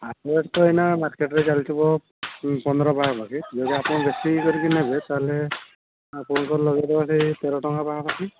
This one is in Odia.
ରେଟ୍ ତ ଏଇନା ମାର୍କେଟରେ ଚାଲିଥିବ ପନ୍ଦର ପାଖା ପାଖି ଯଦି ଆପଣ ବେଶୀ ଇଏ କରିକି ନେବେ ତା'ହେଲେ ଆପଣଙ୍କର ଲଗାଇଦେବା ସେଇ ତେର ଟଙ୍କା ପାଖା ପାଖି